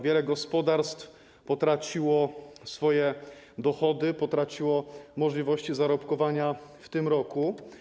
Wiele gospodarstw potraciło swoje dochody, potraciło możliwości zarobkowania w tym roku.